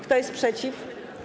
Kto jest przeciw?